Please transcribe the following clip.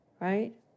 Right